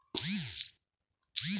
ज्वारी काढण्यासाठी कोणते मशीन वापरावे?